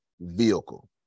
vehicle